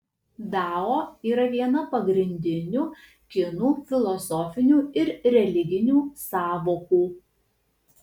dao yra viena pagrindinių kinų filosofinių ir religinių sąvokų